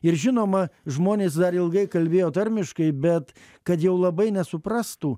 ir žinoma žmonės dar ilgai kalbėjo tarmiškai bet kad jau labai nesuprastų